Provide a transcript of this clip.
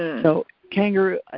ah so kangaroo,